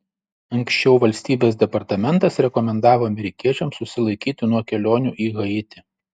anksčiau valstybės departamentas rekomendavo amerikiečiams susilaikyti nuo kelionių į haitį